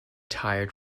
tired